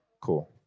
cool